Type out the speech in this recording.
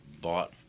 bought